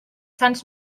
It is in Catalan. sants